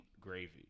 gravy